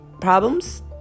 problems